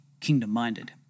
kingdom-minded